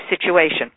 situation